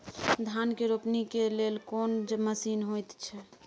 धान के रोपनी के लेल कोन मसीन होयत छै?